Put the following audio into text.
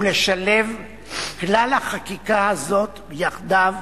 ולשלב כלל החקיקה הזאת יחדיו,